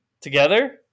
Together